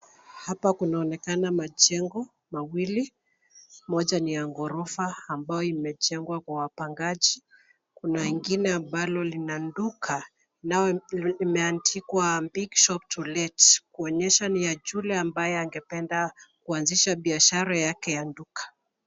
Hapa kunaonekana majengo mawili, moja ni ya ghorofa ambayo imejengwa kwa wapangaji. Kuna ingine ambalo lina duka na imeandikwa big shop to let kuonyesha ni ya yule ambaye angependa kuanzisha biashara yake ya duka.